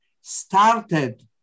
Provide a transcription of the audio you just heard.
started